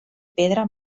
pedra